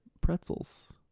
pretzels